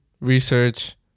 research